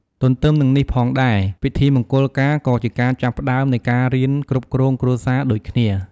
ទទ្ទឹមនឹងនេះផងដែរ ពិធីមង្គលការក៏ជាការចាប់ផ្ដើមនៃការរៀនគ្រប់គ្រងគ្រួសារដូចគ្នា។